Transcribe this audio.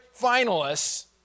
finalists